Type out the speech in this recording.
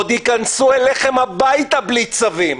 עוד ייכנסו אליכם הביתה בלי צווים.